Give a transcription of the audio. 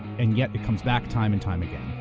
and yet, it comes back time and time again.